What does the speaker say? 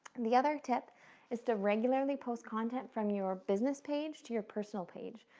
the other tip is to regularly post content from your business page to your personal page.